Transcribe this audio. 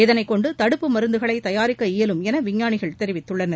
இதனை கொண்டு தடுப்பு மருந்துகளை தயாரிக்க இயலும் என விஞ்ஞானிகள் தெரிவித்துள்ளனர்